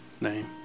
name